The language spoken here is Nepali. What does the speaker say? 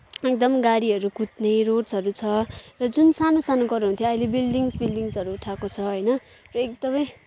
एकदम गाडीहरू कुद्ने रोड्सहरू छ र जुन सानो सानो घरहरू हुन्थ्यो अहिले बिल्डिङ्स बिल्डिङ्सहरू उठाएको छ होइन र एकदमै